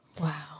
Wow